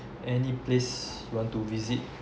any place you want to visit